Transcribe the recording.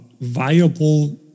viable